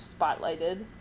spotlighted